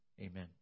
Amen